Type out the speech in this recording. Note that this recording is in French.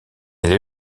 elle